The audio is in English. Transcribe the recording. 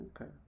okay